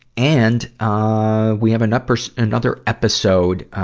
and, ah, we have an upper, another episode, um,